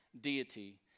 deity